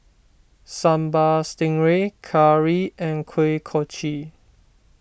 Sambal Stingray Curry and Kuih Kochi